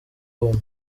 buntu